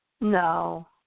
No